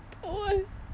what